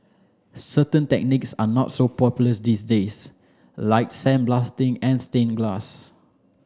certain technics are not so popular these days like sandblasting and stain glass